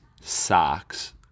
socks